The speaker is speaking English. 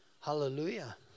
Hallelujah